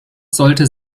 sollte